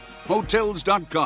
Hotels.com